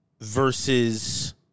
versus